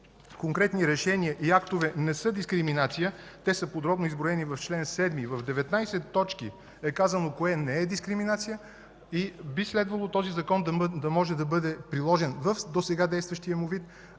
конкретни решения и актове не са дискриминация. Те са подробно изброени в чл. 7. В 19 точки е казано кое не е дискриминация. Би следвало Законът да може да бъде приложен в досега действащия му вид